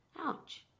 ouch